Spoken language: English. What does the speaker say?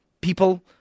people